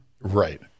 right